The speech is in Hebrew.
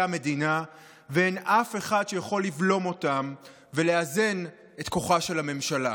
המדינה ואין אף אחד שיכול לבלום אותם ולאזן את כוחה של הממשלה.